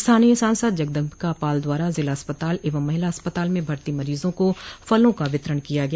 स्थानीय सांसद जगदम्बिकापाल द्वारा जिला अस्पताल एवं महिला अस्पताल में भर्ती मरीजों को फलों का वितरण किया गया